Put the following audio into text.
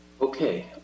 Okay